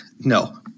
No